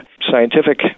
scientific